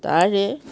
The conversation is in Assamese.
তাৰে